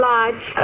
Lodge